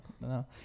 No